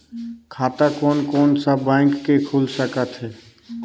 खाता कोन कोन सा बैंक के खुल सकथे?